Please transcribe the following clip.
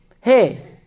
Hey